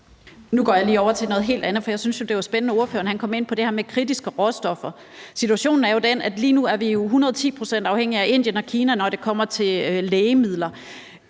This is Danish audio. jo, det var spændende, at ordføreren kom ind på det her med kritiske råstoffer. Situationen er jo den, at vi lige nu er hundredeti procent afhængige af Indien og Kina, når det kommer til lægemidler.